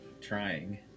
trying